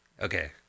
Okay